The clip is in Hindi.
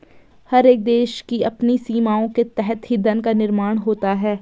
हर एक देश की अपनी सीमाओं के तहत ही धन का निर्माण होता है